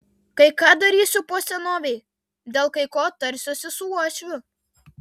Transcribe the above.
kai ką darysiu po senovei dėl kai ko tarsiuosi su uošviu